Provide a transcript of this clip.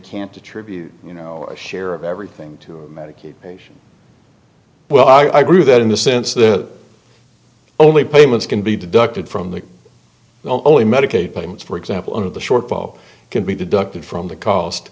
can't attribute you know a share of everything to medicaid patients well i grew that in the sense that only payments can be deducted from the only medicaid payments for example of the shortfall can be deducted from the cost